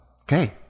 Okay